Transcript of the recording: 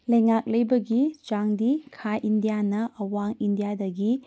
ꯂꯩꯉꯥꯛ ꯂꯩꯕꯒꯤ ꯆꯥꯡꯗꯤ ꯈꯥ ꯏꯟꯗꯤꯌꯥꯅ ꯑꯋꯥꯡ ꯏꯟꯗꯤꯌꯥꯗꯒꯤ